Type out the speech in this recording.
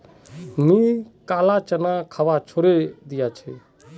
मी काला चना खवा छोड़े दिया छी